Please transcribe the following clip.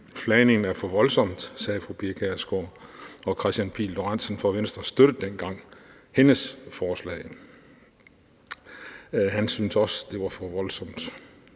Flagning er for voldsomt, sagde fru Pia Kjærsgaard, og hr. Kristian Pihl Lorentzen fra Venstre støttede dengang hendes forslag. Han syntes også, det var for voldsomt.